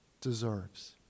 deserves